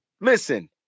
Listen